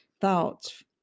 thoughts